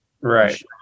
Right